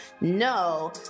no